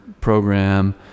program